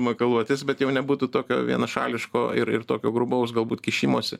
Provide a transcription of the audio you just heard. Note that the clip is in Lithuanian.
makaluotis bet jau nebūtų tokio vienašališko ir ir tokio grubaus galbūt kišimosi